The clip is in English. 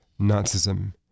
Nazism